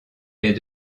est